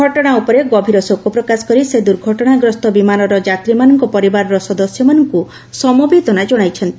ଘଟଣା ଉପରେ ଗଭୀର ଶୋକ ପ୍ରକାଶ କରି ସେ ଦୂର୍ଘଟଣାଗ୍ରସ୍ତ ବିମାନର ଯାତ୍ରୀମାନଙ୍କ ପରିବାରର ସଦସ୍ୟମାନଙ୍କୁ ସମବେଦନା ଜଣାଇଛନ୍ତି